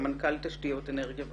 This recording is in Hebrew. סמנכ"ל תשתיות אנרגיה ומים.